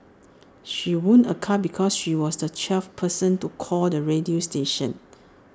she won A car because she was the twelfth person to call the radio station